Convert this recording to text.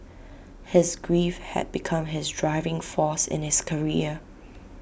his grief had become his driving force in his career